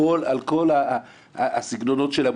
על כל הסגנונות שלהם,